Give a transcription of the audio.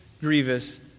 grievous